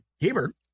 Hebert